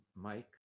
Mike